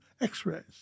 x-rays